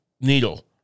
needle